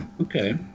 okay